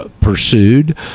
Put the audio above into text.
Pursued